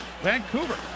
Vancouver